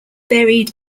buried